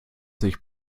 sich